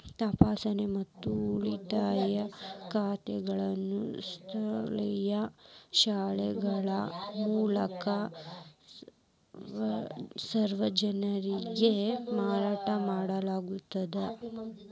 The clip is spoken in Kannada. ತಪಾಸಣೆ ಮತ್ತು ಉಳಿತಾಯ ಖಾತೆಗಳನ್ನು ಸ್ಥಳೇಯ ಶಾಖೆಗಳ ಮೂಲಕ ಸಾರ್ವಜನಿಕರಿಗೆ ಮಾರಾಟ ಮಾಡಲಾಗುತ್ತದ